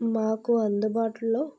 మాకు అందుబాటులో